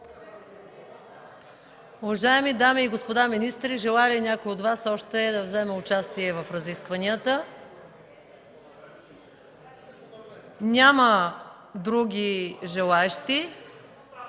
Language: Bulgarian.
Уважаеми дами и господа министри, желае ли някой от Вас да вземе участие в разискванията? Няма други желаещи.